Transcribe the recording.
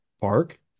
park